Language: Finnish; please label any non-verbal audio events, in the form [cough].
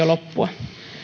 [unintelligible] loppua